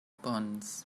bonds